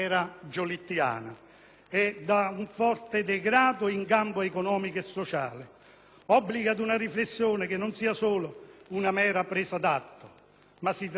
obbliga ad una riflessione che non sia solo una mera presa d'atto, ma si traduca in una spinta a fare, ad intervenire per cominciare ad invertire la rotta,